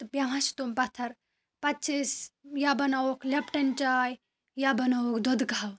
تہٕ بیٚہوان چھِ تِم پَتھَر پَتہٕ چھِ أسۍ یا بَناوہوکھ لٮ۪پٹَن چاے یا بَناوہوکھ دۄدٕ کَہوٕ